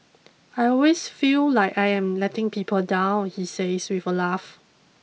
I always feel like I am letting people down he says with a laugh